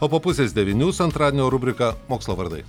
o po pusės devynių su antradienio rubrika mokslo vardai